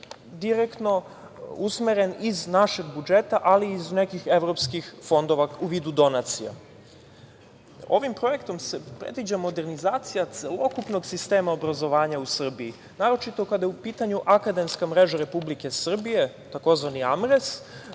direktno usmeren iz našeg budžeta, ali i iz nekih evropskih fondova u vidu donacija. Ovim projektom se predviđa modernizacija celokupnog sistema obrazovanja u Srbiji, naročito kada je u pitanju Akademska mreža Republike Srbije, tzv. „AMRES“.